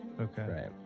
Okay